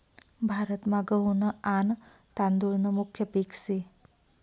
भारतमा गहू न आन तादुळ न मुख्य पिक से